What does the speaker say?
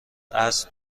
عصر